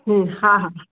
हा हा हा